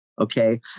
okay